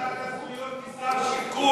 כשר השיכון.